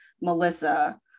melissa